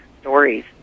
stories